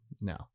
no